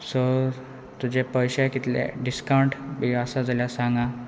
so तुजे पयशे कितले डिस्कावंट बी आसा जाल्या सांगा आं